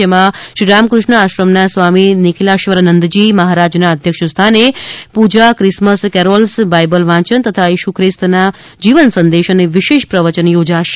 જેમાં શ્રી રામકૃષ્ણ આશ્રમના સ્વામી નિખિલેશ્વરાનંદજી મહારાજના અધ્યક્ષ સ્થાને પૂજા ક્રિસમસ કેરોલ્સબાઇબલ વાંચન તથા ઇસુ ખ્રિસ્તનો જીવન સંદેશ અને વિશેષ પ્રવચન યોજાશે